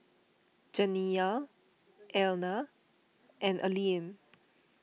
Janiya Einar and Alene